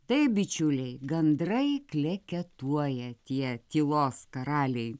taip bičiuliai gandrai kleketuoja tie tylos karaliai